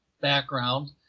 background